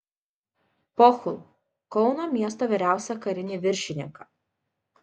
pohl kauno miesto vyriausią karinį viršininką